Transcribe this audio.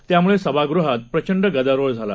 त्यामुळेसभागृहातप्रचंडगदारोळझाला